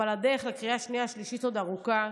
אבל הדרך לקריאה השנייה והשלישית עוד ארוכה,